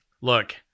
look